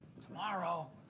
tomorrow